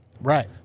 Right